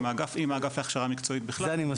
עם האגף להכשרה מקצועית בכלל --- זה אני מסכים איתך.